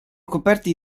coperti